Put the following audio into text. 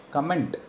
Comment